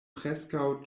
preskaŭ